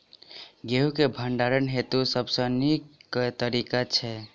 गेंहूँ केँ भण्डारण हेतु सबसँ नीक केँ तरीका छै?